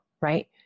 right